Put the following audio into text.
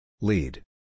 lead